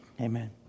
Amen